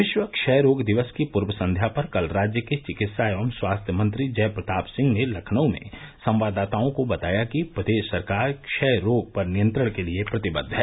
विश्व क्षय रोग दिवस की पूर्व संध्या पर कल राज्य के चिकित्सा एवं स्वास्थ्य मंत्री जय प्रताप सिंह ने लखनऊ में संवाददाताओं को बताया कि प्रदेश सरकार क्षय रोग पर नियंत्रण के लिए प्रतिबद्द है